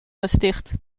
gesticht